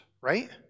right